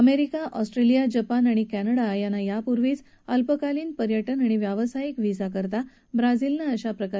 America Australia Japan आणि Canada यांना यापूर्वीच अल्पकालीन पर्यटन आणि व्यावसायिक व्हिसासाठी ब्राझीलनं अशा प्रकारची सवलत दिली आहे